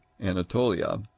Anatolia